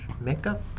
makeup